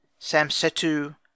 samsetu